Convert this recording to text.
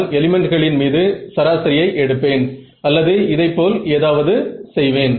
நான் எலிமென்ட்களின் மீது சராசரியை எடுப்பேன் அல்லது இதைப்போல் ஏதாவது செய்வேன்